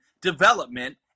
development